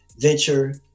venture